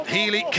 Healy